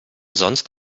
sonst